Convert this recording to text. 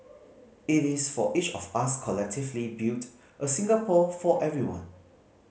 it is for each of us collectively build a Singapore for everyone